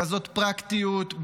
בכזאת פרקטיות,